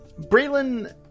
Braylon